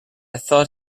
thought